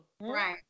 Right